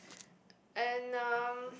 and um